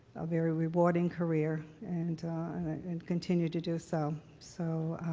a very rewarding career and and continues to do so. so,